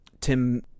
Tim